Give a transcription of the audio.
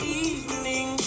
evening